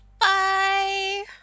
Bye